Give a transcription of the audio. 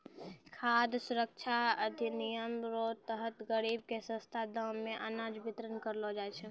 खाद सुरक्षा अधिनियम रो तहत गरीब के सस्ता दाम मे अनाज बितरण करलो जाय छै